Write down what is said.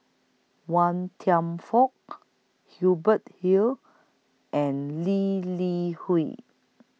Wan Kam Fook Hubert Hill and Lee Li Hui